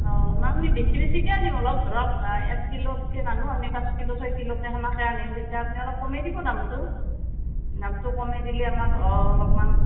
নহয় আমি বেছি বেছিকেই আনিম অলপ ধৰক এক কিলোকে নানো পাঁচ কিলো ছয় কিলোকে সেনেকে আনিম তেতিয়া আপুনি অঁ অলপ কমেই দিব দামটো দামটো কমেই দিলে আমাৰ অলপমান